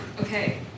Okay